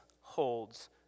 holds